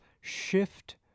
shift